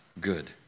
good